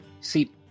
see